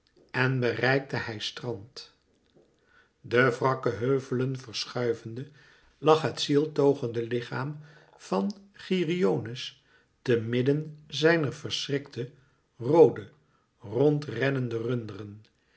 en bereikte hij strand de wrakke heuvelen verschuivende lag het zieltogende lichaam van geryones te midden zijner verschrikte roode rond rennende runderen